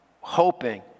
Hoping